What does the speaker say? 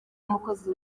umukozi